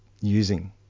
using